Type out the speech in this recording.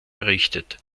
errichtet